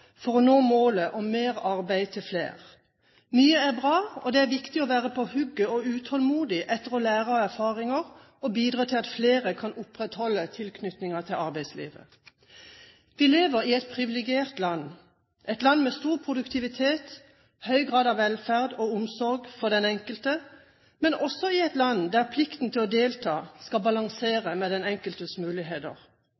for å nå målet om mer arbeid til flere. Mye er bra, og det er viktig å være på hugget og være utålmodig etter å lære av erfaringer og bidra til at flere kan opprettholde tilknytningen til arbeidslivet. Vi er privilegerte som lever i Norge, et land med stor produktivitet, høy grad av velferd og omsorg for den enkelte, men også et land der plikten til å delta skal